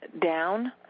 down